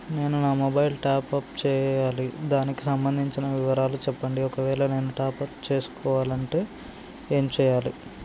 నేను నా mobile top up చేయాలి దానికి సంబంధించిన వివరాలు చెప్పండి ఒకవేళ నేను టాప్ చేసుకోవాలనుకుంటే ఏం చేయాలి?